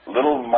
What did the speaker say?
Little